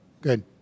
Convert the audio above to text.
Good